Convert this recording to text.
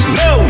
no